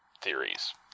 theories